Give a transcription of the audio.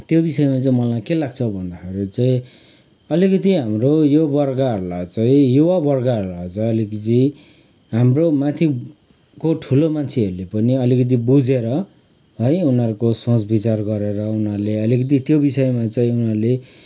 त्यो विषयमा चाहिँ मलाई के लाग्छ भन्दाखेरि चाहिँ अलिकति हाम्रो युवावर्गहरलाई चाहिँ युवा वर्गहरलाई चाहिँ अलिकति हाम्रो माथिको ठुलो मान्छेहरूले पनि अलिकति बुझेर है उनीहरूको सोच विचार गरेर उनीहरूले अलिकति त्यो विषयमा चाहिँ उनीहरूले